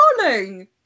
darling